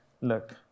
look